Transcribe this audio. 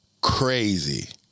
crazy